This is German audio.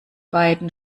beiden